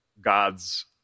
gods